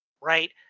Right